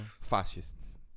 fascists